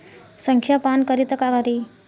संखिया पान करी त का करी?